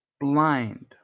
blind